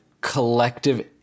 collective